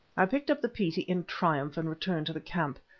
i picked up the petie in triumph, and returned to the camp.